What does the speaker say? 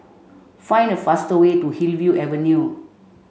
find the fastest way to Hillview Avenue